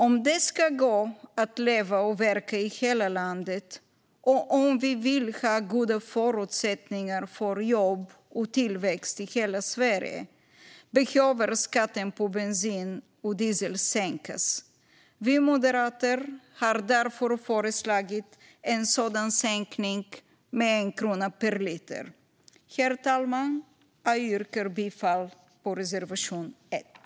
Om det ska gå att leva och verka i hela landet och om vi vill ha goda förutsättningar för jobb och tillväxt i hela Sverige behöver skatten på bensin och diesel sänkas. Vi moderater har därför föreslagit en sådan sänkning med 1 krona per liter. Herr talman! Jag yrkar bifall till reservation 1.